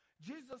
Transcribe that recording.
Jesus